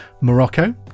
Morocco